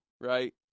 right